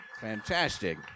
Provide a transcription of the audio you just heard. Fantastic